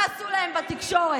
מה עשו להם בתקשורת?